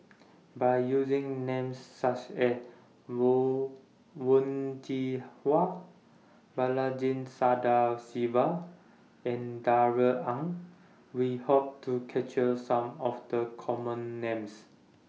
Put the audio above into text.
By using Names such as Wen Jinhua Balaji Sadasivan and Darrell Ang We Hope to capture Some of The Common Names